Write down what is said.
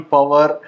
Power